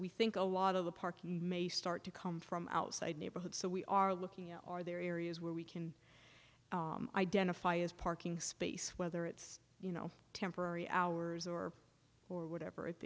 we think a lot of the park may start to come from outside neighborhoods so we are looking at are there areas where we can identify as parking space whether it's you know temporary hours or or whatever it